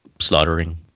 slaughtering